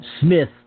Smith